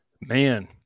Man